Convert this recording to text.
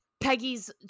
peggy's